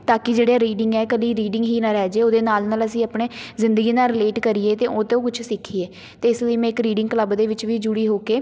ਤਾਂ ਕਿ ਜਿਹੜੇ ਰੀਡਿੰਗ ਇਕੱਲੀ ਰੀਡਿੰਗ ਹੀ ਨਾ ਰਹਿ ਜੇ ਉਹਦੇ ਨਾਲ ਨਾਲ ਅਸੀਂ ਆਪਣੇ ਜ਼ਿੰਦਗੀ ਨਾਲ ਰਿਲੇਟ ਕਰੀਏ ਅਤੇ ਉਹ ਤੋਂ ਕੁਛ ਸਿੱਖੀਏ ਅਤੇ ਇਸ ਲਈ ਮੈਂ ਇੱਕ ਰੀਡਿੰਗ ਕਲੱਬ ਦੇ ਵਿੱਚ ਵੀ ਜੁੜੀ ਹੋ ਕੇ